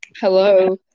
Hello